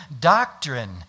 doctrine